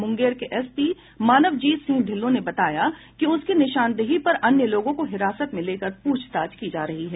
मुंगेर के एसपी मानवजीत सिंह ढिल्लो ने बताया कि उसकी निशानदेही पर अन्य लोगों को हिरासत में लेकर पूछताछ की जा रही है